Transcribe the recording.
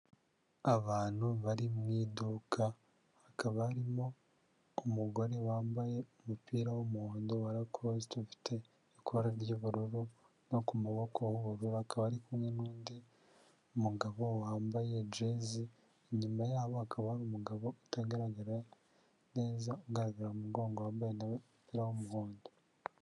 Abantu bari mu iduka, hakaba harimo umugore wambaye umupira w'umuhondo, wa lakositi, ufite ikora ry'ubururu no ku maboko h'ubururu, akaba ari kumwe n'undi mugabo wambaye jezi, inyuma yabo hakaba hari umugabo utagaragara neza ugaragara mu mugongo, wambaye na we umupira w'umuhondo.